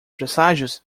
presságios